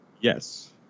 Yes